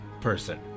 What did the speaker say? person